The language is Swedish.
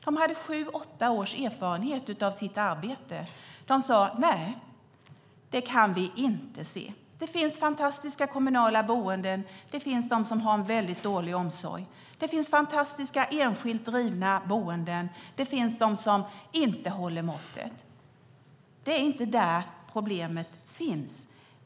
De hade sju åtta års erfarenhet av sitt arbete, och de sade: Nej, det kan vi inte se. Det finns fantastiska kommunala boenden, och det finns de som har en väldigt dålig omsorg. Det finns fantastiska enskilt drivna boenden, och det finns de som inte håller måttet. Det är inte där problemet finns.